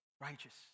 Righteous